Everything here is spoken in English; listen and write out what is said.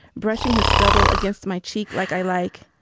brushing his stubble against my cheek like i like.